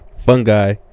Fungi